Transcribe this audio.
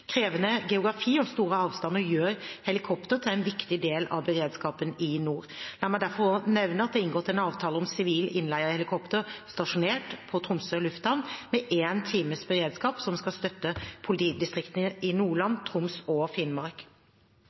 Krevende geografi og store avstander gjør helikopter til en viktig del av beredskapen i nord. La meg derfor nevne at det er inngått en avtale om sivil innleie av helikopter stasjonert på Tromsø lufthavn, med én times beredskap, som skal støtte politidistriktene Nordland, Troms og Finnmark.